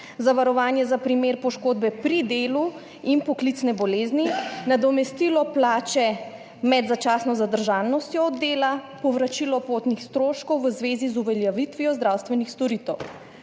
zavarovanje za primer poškodbe pri delu in poklicne bolezni nadomestilo plače med začasno zadržanostjo od dela, povračilo potnih stroškov v zvezi z uveljavitvijo zdravstvenih storitev.